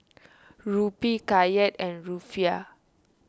Rupee Kyat and Rufiyaa